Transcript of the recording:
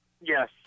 Yes